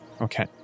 Okay